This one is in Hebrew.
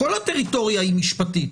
כל הטריטוריה היא משפטית,